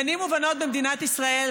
בנים ובנות במדינת ישראל,